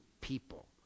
people